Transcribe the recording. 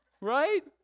Right